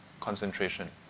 concentration